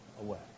away